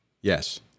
Yes